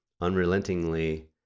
unrelentingly